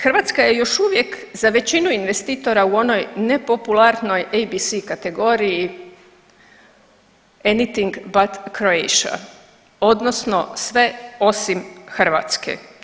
Hrvatska je još uvijek za većinu investitora u onoj nepopularnoj ABC kategoriji anything bay Croatia odnosno sve osim Hrvatske.